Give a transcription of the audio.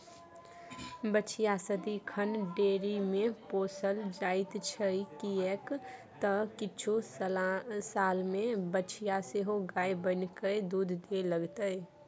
बछिया सदिखन डेयरीमे पोसल जाइत छै किएक तँ किछु सालमे बछिया सेहो गाय बनिकए दूध दिअ लागतै